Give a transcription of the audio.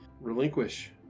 relinquish